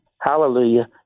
Hallelujah